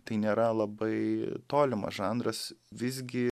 tai nėra labai tolimas žanras visgi